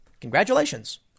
Congratulations